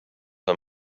her